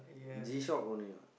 G-shock only what